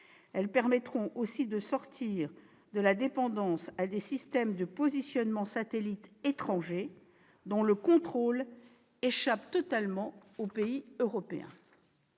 Elles sont aussi le moyen de sortir de la dépendance à des systèmes de positionnement satellites étrangers, dont le contrôle échappe totalement aux pays européens.